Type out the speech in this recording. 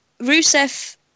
rusev